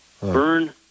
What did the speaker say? Burn